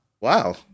Wow